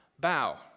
bow